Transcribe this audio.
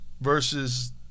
versus